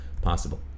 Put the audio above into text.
possible